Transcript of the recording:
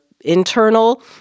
internal